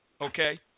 okay